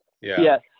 Yes